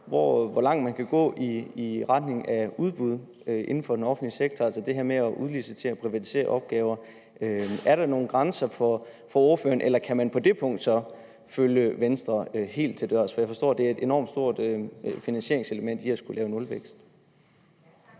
hvor langt man kan gå i retning af udbud inden for den offentlige sektor, altså det her med at udlicitere og privatisere opgaver? Er der nogen grænser for ordføreren, eller kan man på det punkt følge Venstre helt til dørs? For jeg forstår, at det er et enormt stort finansieringselement i forbindelse med at skulle skabe nulvækst.